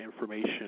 information